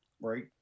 right